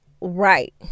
right